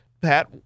Pat